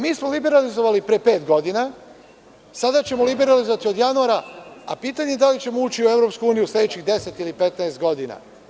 Mi smo liberalizovali pre pet godina, sada ćemo liberalizovati od januara, a pitanje je da li ćemo ući u EU sledećih 10 ili 15 godina.